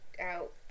out